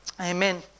Amen